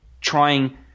trying –